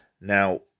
Now